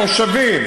והמושבים,